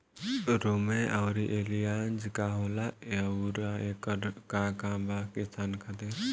रोम्वे आउर एलियान्ज का होला आउरएकर का काम बा किसान खातिर?